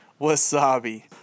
Wasabi